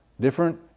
different